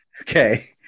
Okay